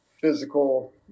physical